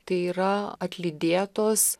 tai yra atlydėtos